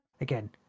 again